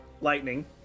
lightning